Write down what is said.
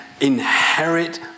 inherit